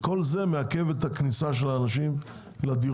כל זה מעכב כניסה של אנשים לדירות.